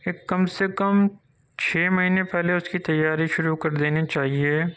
ایک کم سے کم چھ مہینے پہلے اس کی تیاری شروع کر دینی چاہیے